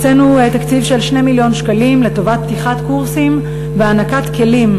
הקצינו תקציב של 2 מיליון שקלים לטובת פתיחת קורסים והענקת כלים